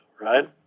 right